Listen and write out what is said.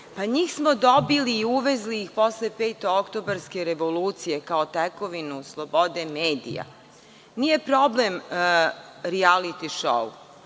pa njih smo dobili i uvezli posle petooktobarske revolucije, kao tekovinu slobode medija. Nije problema rijaliti šou.